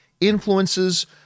influences